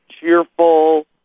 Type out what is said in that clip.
cheerful